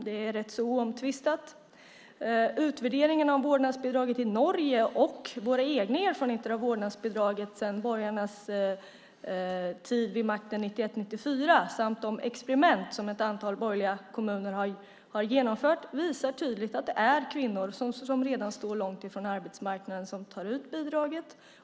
Det är oomtvistat. Utvärderingen av vårdnadsbidraget i Norge och våra egna erfarenheter av vårdnadsbidraget sedan borgarnas tid vid makten 1991-1994 samt de experiment som ett antal borgerliga kommuner har genomfört visar tydligt att det är kvinnor som redan står långt från arbetsmarknaden som tar ut bidraget.